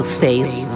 face